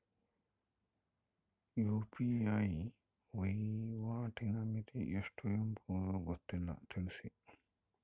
UPI ವಹಿವಾಟಿನ ಮಿತಿ ಎಷ್ಟು ಎಂಬುದು ಗೊತ್ತಿಲ್ಲ? ತಿಳಿಸಿ?